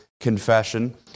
confession